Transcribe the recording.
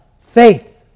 faith